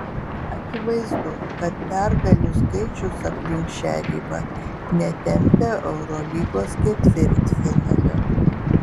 akivaizdu kad pergalių skaičius aplink šią ribą netempia eurolygos ketvirtfinalio